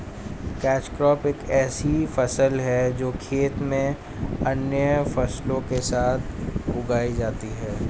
catch crop एक ऐसी फसल है जो खेत में अन्य फसलों के साथ उगाई जाती है